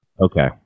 Okay